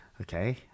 Okay